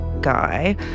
guy